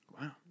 Wow